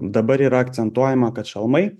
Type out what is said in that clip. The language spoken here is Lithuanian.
dabar yra akcentuojama kad šalmai